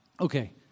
okay